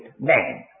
man